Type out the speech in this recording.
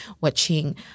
watching